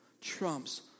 trumps